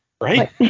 Right